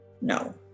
no